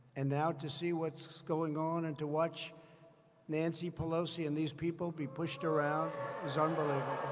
and now, to see what's going on and to watch nancy pelosi and these people be pushed around is unbelievable.